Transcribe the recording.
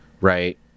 right